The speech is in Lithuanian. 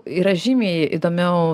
yra žymiai įdomiau